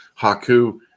haku